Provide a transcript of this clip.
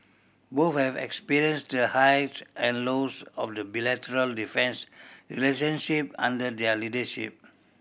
both have experienced the highs and lows of the bilateral defence relationship under their leadership